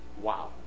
wow